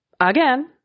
Again